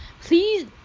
please